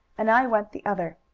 and i went the other.